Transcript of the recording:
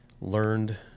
learned